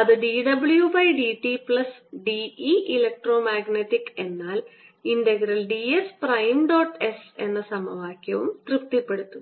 അത് dw by dt plus d E electromagnetic എന്നാൽ integral d s prime dot S എന്ന സമവാക്യം തൃപ്തിപ്പെടുത്തുന്നു